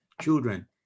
children